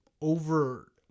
over